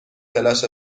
فلاش